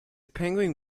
penguin